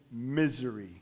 misery